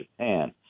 Japan